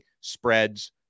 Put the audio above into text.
spreads